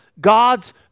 God's